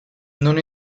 non